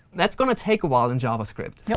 that's going to take a while in javascript. yeah